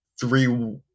three